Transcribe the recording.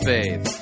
Faith